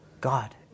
God